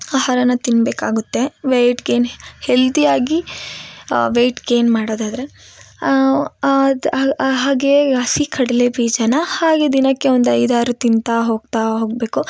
ಆಹಾರನ ತಿನ್ಬೇಕು ಆಗುತ್ತೆ ವೆಯ್ಟ್ ಗೈನ್ ಹೆಲ್ದಿಯಾಗಿ ವೆಯ್ಟ್ ಗೈನ್ ಮಾಡೋದಾದರೆ ಅದು ಹಾಗೇ ಹಸಿ ಕಡಲೆ ಬೀಜನ ಹಾಗೆ ದಿನಕ್ಕೆ ಒಂದು ಐದಾರು ತಿಂತಾ ಹೋಗ್ತಾ ಹೋಗಬೇಕು